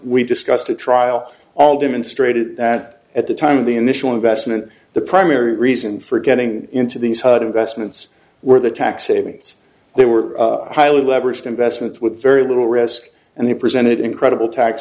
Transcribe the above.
we've discussed at trial all demonstrated that at the time of the initial investment the primary reason for getting into these investments were the tax savings they were highly leveraged investments with very little risk and they presented incredible tax